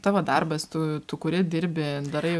tavo darbas tu tu kuri dirbi darai